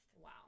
Wow